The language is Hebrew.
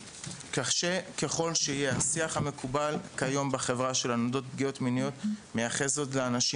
השיח המקובל כיום בחברה שלנו אודות פגיעות מיניות מייחס זאת לאנשים